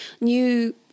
new